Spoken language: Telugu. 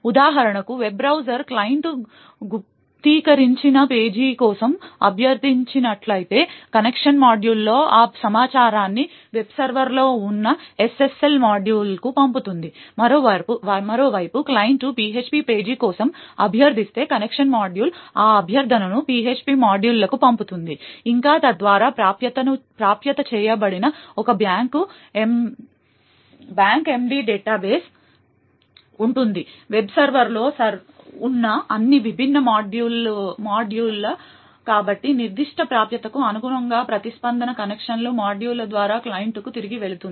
ఉదాహరణకు వెబ్ బ్రౌజర్ క్లయింట్ గుప్తీకరించిన పేజీ కోసం అభ్యర్థించినట్లయితే కనెక్షన్ మాడ్యూల్ ఆ సమాచారాన్ని వెబ్ సర్వర్లో ఉన్న SSL మాడ్యూల్కు పంపుతుంది మరోవైపు క్లయింట్ PHP పేజీ కోసం అభ్యర్థిస్తే కనెక్షన్ మాడ్యూల్ ఆ అభ్యర్థనను PHP మాడ్యూల్కు పంపుతుంది ఇంకా తద్వారా ప్రాప్యత చేయబడిన ఒక బ్యాక్ ఎండ్ డేటాబేస్ ఉంటుంది వెబ్ సర్వర్లో ఉన్న అన్ని విభిన్న మాడ్యూళ్ళ కాబట్టి నిర్దిష్ట ప్రాప్యతకు అనుగుణంగా ప్రతిస్పందన కనెక్షన్ మాడ్యూల్ ద్వారా క్లయింట్కు తిరిగి వెళుతుంది